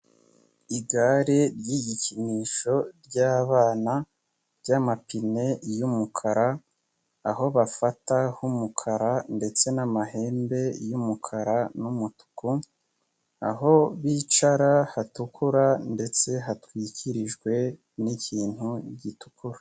Igare ry'igikinisho ry'abana by'amapine y'umukara aho bafata h'umukara ndetse n'amahembe y'umukara n'umutuku aho bicara hatukura ndetse hatwikirijwe n'ikintu gitukura.